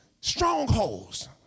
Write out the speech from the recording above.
strongholds